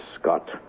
Scott